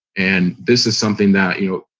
and this is something that, you know,